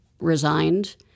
resigned